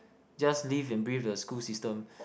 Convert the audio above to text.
just live and breathe the school system